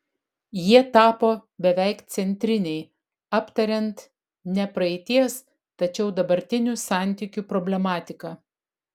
jie tapo beveik centriniai aptariant ne praeities tačiau dabartinių santykių problematiką